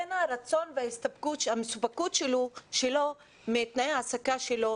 לבין הרצון והמסופקות שלו מתנאי ההעסקה שלו.